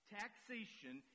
taxation